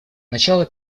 начало